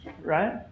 right